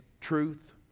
truth